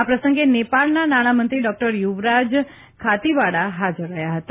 આ પ્રસંગે નેપાળના નાણાંમંજ્ઞી ડોકટર યુરવાજ ખાતીવાડા હાજર રહ્યા હતા